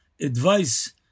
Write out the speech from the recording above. advice